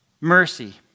mercy